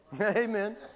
Amen